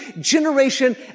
generation